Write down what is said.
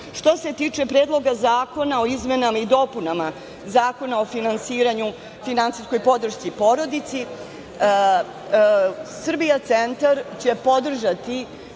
se tipe Predloga zakona o izmenama i dopunama Zakona o finansijskoj podršci porodici, Srbija centar će podržati